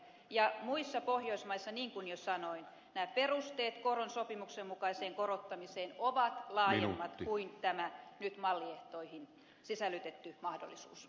ja muissa pohjoismaissa niin kuin jo sanoin nämä perusteet koron sopimuksen mukaiseen korottamiseen ovat laajemmat kuin tämä nyt malliehtoihin sisällytetty mahdollisuus